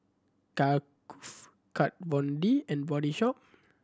Kat Von D and Body Shop